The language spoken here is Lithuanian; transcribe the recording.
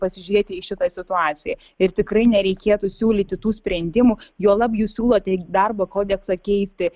pasižiūrėti į šitą situaciją ir tikrai nereikėtų siūlyti tų sprendimų juolab jūs siūlote darbo kodeksą keisti